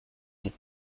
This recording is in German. und